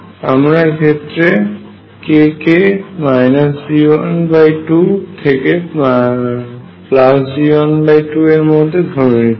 আমরা এক্ষেত্রে k কে G1 2 থেকে G1 2 এর মধ্যে ধরে নিচ্ছি